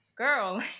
girl